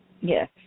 Yes